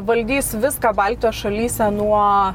valdys viską baltijos šalyse nuo